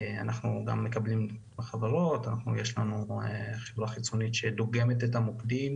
יש לנו חברה חיצונית שדוגמת את המוקדים